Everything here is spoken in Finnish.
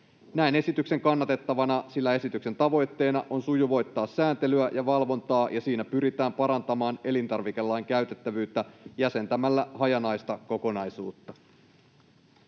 Näen esityksen kannatettavana, sillä esityksen tavoitteena on sujuvoittaa sääntelyä ja valvontaa ja siinä pyritään parantamaan elintarvikelain käytettävyyttä jäsentämällä hajanaista kokonaisuutta.